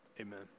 Amen